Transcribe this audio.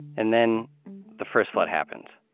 and then the first flood happened,